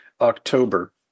October